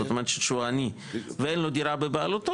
זאת אומרת שהוא עני ואין לו דירה בבעלותו,